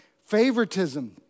favoritism